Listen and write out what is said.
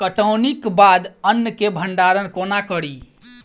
कटौनीक बाद अन्न केँ भंडारण कोना करी?